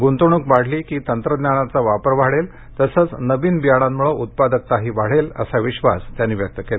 गूंतवणूक वाढली की तंत्रज्ञानाचा वापर वाढेल तसंच नवीन बियाणांमुळे उत्पादकताही वाढेल असा विश्वास त्यांनी व्यक्त केला